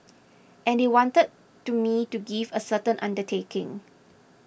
and they wanted to me to give a certain undertaking